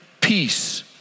peace